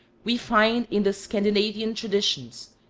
we find in the scandinavian traditions,